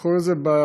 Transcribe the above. איך קוראים לזה?